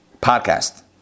podcast